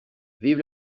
vive